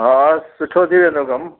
हा सुठो थी वेंदो कमु